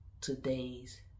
today's